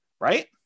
right